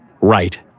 Right